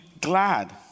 glad